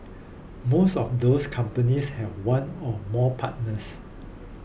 most of those companies have one or more partners